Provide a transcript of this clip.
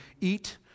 eat